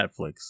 Netflix